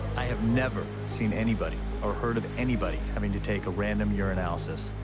i have never seen anybody or heard of anybody having to take a random urinalysis.